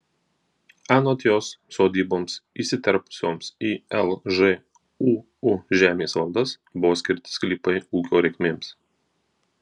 anot jos sodyboms įsiterpusioms į lžūu žemės valdas buvo skirti sklypai ūkio reikmėms